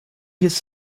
his